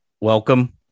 Welcome